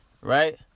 right